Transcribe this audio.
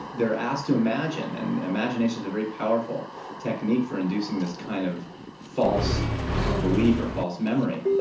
they are asked to imagine, and imagination is a very powerful technique for inducing this kind of false ah belief or false memory.